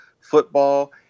football